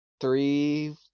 three